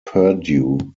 purdue